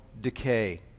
decay